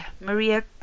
Maria